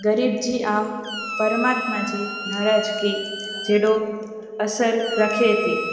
ग़रीब जी आ परमात्मा जी नराज़गी जहिड़ो असरु रखे थी